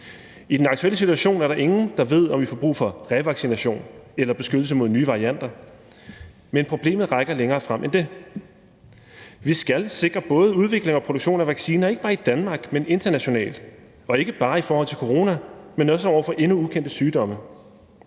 I den aktuelle situation er der ingen, der ved, om vi får brug for revaccination eller beskyttelse mod nye varianter. Men problemet rækker længere frem end det. Vi skal sikre både udvikling og produktion af vacciner, ikke bare i Danmark, men internationalt, og ikke bare i forhold til corona, men også i forhold til endnu ukendte sygdomme.